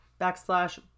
backslash